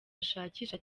bashakisha